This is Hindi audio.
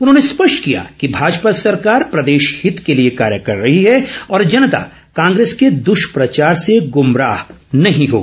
उन्होंने स्पष्ट किया कि भाजपा सरकार प्रदेशहित के लिए कार्य कर रही है और जनता कांग्रेस के दुष्प्रचार से गुमराह नहीं होगी